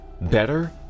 better